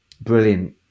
brilliant